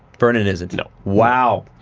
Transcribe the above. vernon isn't? you know wow,